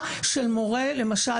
למשל,